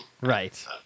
Right